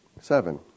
Seven